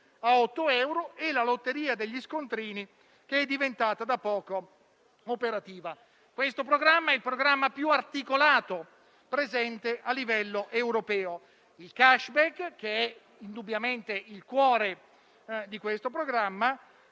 a 8 euro, e la lotteria degli scontrini, che è diventata da poco operativa. Si tratta del programma più articolato tra quelli presenti a livello europeo. Il *cashback*, che è indubbiamente il cuore di questo programma,